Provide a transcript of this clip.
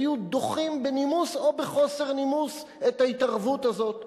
היו דוחים בנימוס או בחוסר נימוס את ההתערבות הזאת,